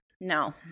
No